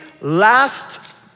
last